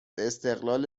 استقلال